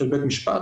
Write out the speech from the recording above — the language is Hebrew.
בית משפט.